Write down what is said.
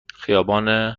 خیابان